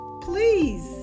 Please